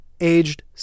Aged